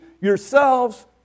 yourselves